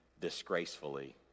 disgracefully